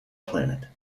planet